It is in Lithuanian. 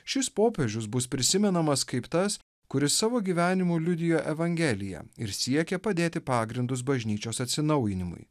šis popiežius bus prisimenamas kaip tas kuris savo gyvenimu liudijo evangeliją ir siekė padėti pagrindus bažnyčios atsinaujinimui